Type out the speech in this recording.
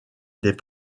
des